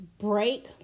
break